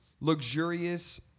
luxurious